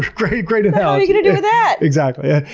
great. great analogy to do that. exactly. yeah.